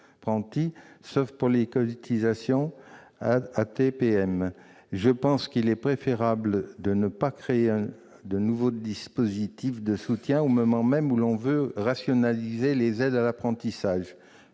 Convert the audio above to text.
professionnelles. Je pense qu'il est préférable de ne pas créer un nouveau dispositif de soutien au moment même où l'on veut rationaliser les aides à l'apprentissage.